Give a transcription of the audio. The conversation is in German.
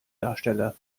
darstelle